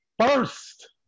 first